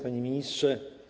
Panie Ministrze!